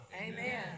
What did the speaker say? Amen